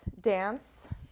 Dance